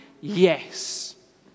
yes